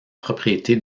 propriété